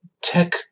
tech